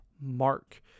Mark